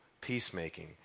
peacemaking